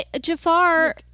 Jafar